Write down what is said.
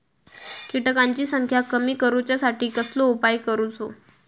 किटकांची संख्या कमी करुच्यासाठी कसलो उपाय करूचो?